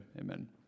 Amen